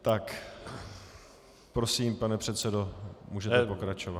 Tak prosím, pane předsedo, můžete pokračovat.